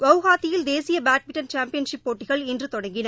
குவஹாத்தியில் தேசிய badminton championship போட்டிகள் இன்று தொடங்கின